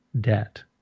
debt